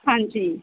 ਹਾਂਜੀ